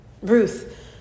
Ruth